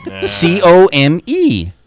C-O-M-E